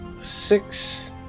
six